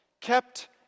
kept